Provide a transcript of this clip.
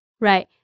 Right